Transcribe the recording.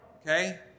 Okay